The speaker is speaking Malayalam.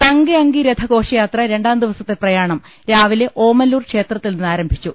തങ്കയങ്കി രഥഘോഷയാത്ര രണ്ടാംദിവസത്തെ പ്രയാണം രാവിലെ ഓമല്ലൂർ ക്ഷേത്രത്തിൽ നിന്ന് ആരംഭിച്ചു